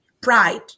pride